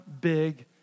big